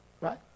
right